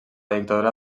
dictadura